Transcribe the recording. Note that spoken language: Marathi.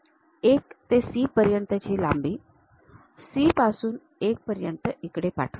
आता 1 ते C पर्यंतची लांबी C पासून 1 पर्यंत इकडे पाठवा